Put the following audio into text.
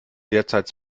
derzeit